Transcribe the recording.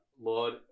Lord